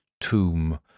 tomb